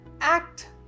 act